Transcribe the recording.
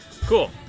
Cool